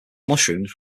mushrooms